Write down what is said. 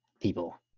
people